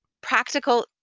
practical